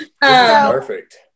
perfect